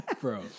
bro